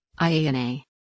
IANA